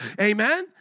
Amen